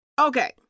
Okay